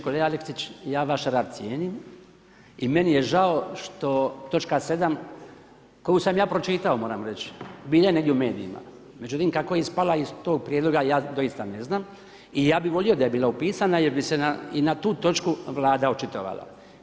Kolega Aleksić, ja vaš rad cijenim i meni je žao što točka 7. koju sam ja pročitao moram reći, bila je negdje u medijima, međutim kako je ispala iz tog prijedloga ja doista ne znam i ja bi volio da je bila upisana jer bi se i na tu točku Vlada očitovala.